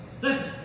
Listen